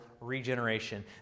regeneration